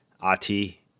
Ati